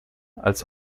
als